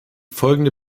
folgende